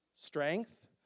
strength